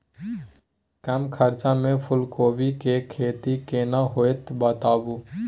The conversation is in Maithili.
कम खर्चा में फूलकोबी के खेती केना होते बताबू?